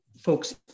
folks